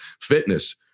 fitness